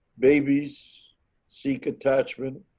babies seek attachment,